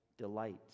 delight